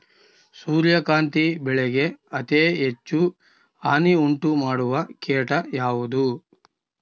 ಸೂರ್ಯಕಾಂತಿ ಬೆಳೆಗೆ ಅತೇ ಹೆಚ್ಚು ಹಾನಿ ಉಂಟು ಮಾಡುವ ಕೇಟ ಯಾವುದು?